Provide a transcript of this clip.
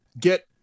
get